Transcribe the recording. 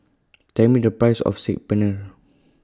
Tell Me The Price of Saag Paneer